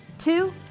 two,